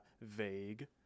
vague